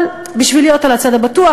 אבל בשביל להיות על הצד הבטוח,